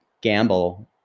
gamble